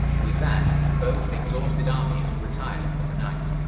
with that, both exhausted armies retired for the night.